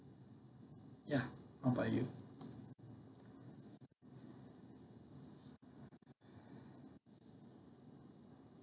ya how about you